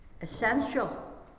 essential